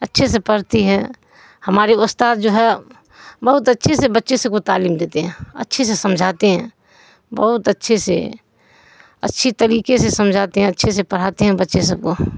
اچھے سے پڑھتی ہے ہماری استاد جو ہے بہت اچھے سے بچے سب کو تعلیم دیتے ہیں اچھے سے سمجھاتے ہیں بہت اچھے سے اچھی طریقے سے سمجھاتے ہیں اچھے سے پڑھاتے ہیں بچے سب کو